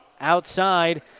outside